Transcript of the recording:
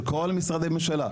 של כל משרדי הממשלה.